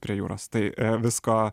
prie jūros tai visko